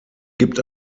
gibt